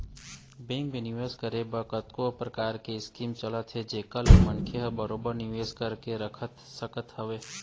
bank म निवेस करे बर कतको परकार के स्कीम चलत हे जेखर ले मनखे ह बरोबर निवेश करके रख सकत हवय